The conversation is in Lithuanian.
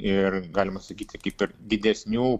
ir galima sakyti kaip ir didesnių